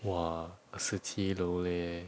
!wah! 二十七楼 leh